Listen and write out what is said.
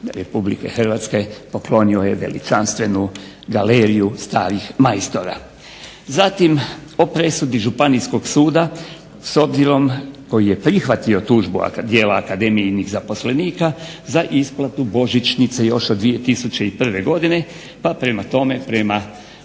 građanima RH poklonio je veličanstvenu Galeriju starih majstora. Zatim o presudi Županijskog suda s obzirom koji je prihvatio tužbu djela akademijinih zaposlenika za isplatu božićnice još od 2001. godine, pa prema tome prema